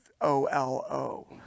O-L-O